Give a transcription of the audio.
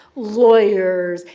lawyers,